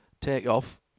takeoff